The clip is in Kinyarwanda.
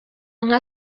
nka